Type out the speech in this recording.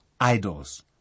idols